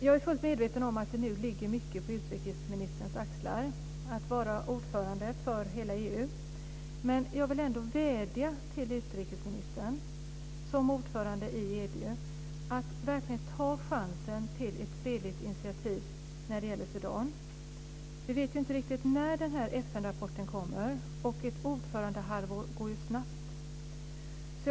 Jag är fullt medveten om att det ligger mycket på utrikesministerns axlar när hon nu är ordförande för hela EU. Men jag vill ändå vädja till utrikesministern som ordförande i EU att verkligen ta chansen till ett fredligt initiativ när det gäller Sudan. Vi vet inte riktigt när FN-rapporten kommer, och ett ordförandehalvår går ju snabbt.